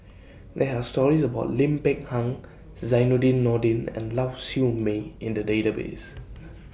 There Are stories about Lim Peng Han Zainudin Nordin and Lau Siew Mei in The Database